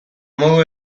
modu